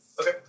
Okay